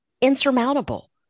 Insurmountable